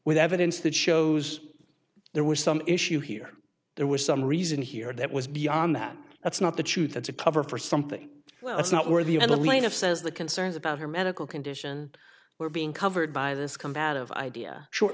with evidence that shows there was some issue here there was some reason here that was beyond that that's not the truth that's a cover for something well it's not worthy of a lane of says the concerns about her medical condition were being covered by this combative idea